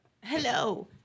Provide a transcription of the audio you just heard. Hello